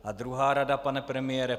A druhá rada, pane premiére.